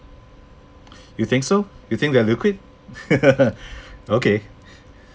you think so you think that are liquid okay